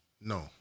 No